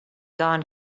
gone